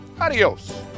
Adios